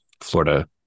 Florida